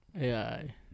AI